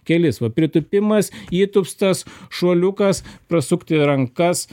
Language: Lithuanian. kelis va pritūpimas įtūpstas šuoliukas prasukti rankas